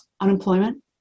unemployment